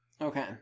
Okay